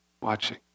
watching